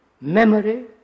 memory